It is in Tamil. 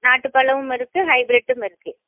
நாட்டு பழமும் இருக்கு ஹைப்ரைட்டும் இருக்கு